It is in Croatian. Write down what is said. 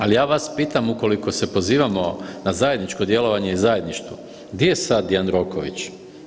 Ali, ja vas pitam, ukoliko se pozivamo na zajedničko djelovanje i zajedništvo, di je sad Jandroković?